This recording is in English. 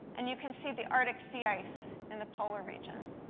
and you can see the arctic sea ice in the polar region.